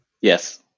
Yes